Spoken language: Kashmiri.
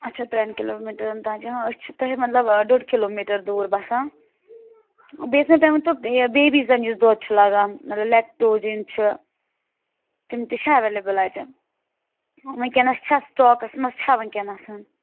اَچھا ترٛٮ۪ن کِلوٗ میٖٹرَن تام چھِ أسۍ چھِ تۄہہِ مطلب ڈۄڈ کِلوٗ میٖٹَر دوٗر بَسان بیٚیہِ ٲسۍ مےٚ تُہۍ ؤنۍتو یہِ بیبیٖزَن یُس دۄد چھُ لَگان مطلب لٮ۪کٹوجَن چھِ تِم تہِ چھا ایٚویلیبُل اَتٮ۪ن وُنکٮ۪نَس چھا سِٹاکَس منٛز چھا وُنکٮ۪نَسَن